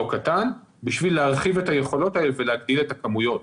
קטן בשביל להרחיב את היכולות האלה ולהגדיל את הכמויות.